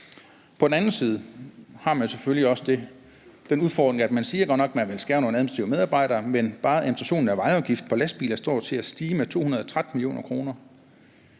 På den anden side har man selvfølgelig også den udfordring, at man godt nok siger, at man vil skære nogle administrative medarbejdere væk, men bare administrationen af vejafgift på lastbiler står jo til at stige med 213 mio. kr.